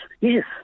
yes